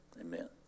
Amen